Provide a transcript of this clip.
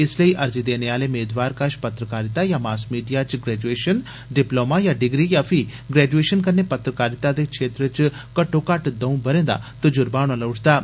इस लेई अर्जी देने आले मेदवार कश पत्रकारिता जां मॉस मीडिया च ग्रैजुएशन डिपलोमा जां डिग्री जां फ्ही ग्रैजु एशन कन्नै पत्रकारिता दे क्षेत्र च घट्टो घट्ट दऊं ब' रें दा तजुर्बा होना लोड़चदा ऐ